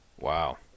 Wow